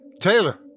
Taylor